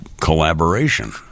collaboration